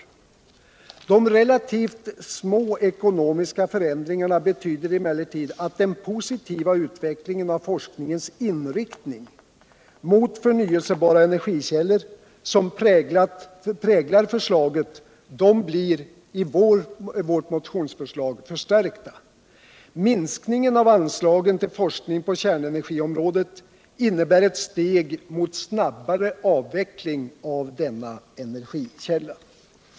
Trots de relativt små ekonomiska förändringarna betyder vårt motions Energiforskning, förslag att den positiva utvecklingen av forskningsinriktningen mot förnyelsebara energikällor förstärks. Minskningen av anslagen till forskning på kärnenergiområdet innebär ett steg mot en snabbare avveckling av denna energikälla.